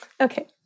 Okay